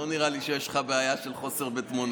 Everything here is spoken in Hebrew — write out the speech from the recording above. לא נראה לי שיש לך בעיה של חוסר בתמונות.